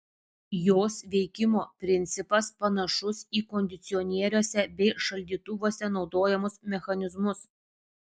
jos veikimo principas panašus į kondicionieriuose bei šaldytuvuose naudojamus mechanizmus